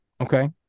Okay